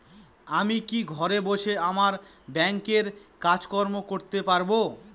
আমি কি ঘরে বসে আমার ব্যাংকের কাজকর্ম করতে পারব?